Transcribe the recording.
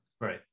Right